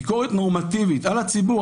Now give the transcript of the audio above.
ביקורת נורמטיבית על הציבור,